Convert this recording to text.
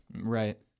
Right